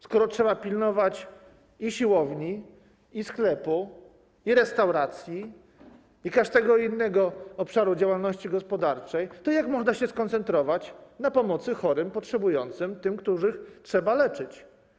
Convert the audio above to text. Skoro trzeba pilnować i siłowni, i sklepów, i restauracji, i każdego innego obszaru działalności gospodarczej, to jak można się skoncentrować na pomocy chorym, potrzebującym, tym, których trzeba leczyć?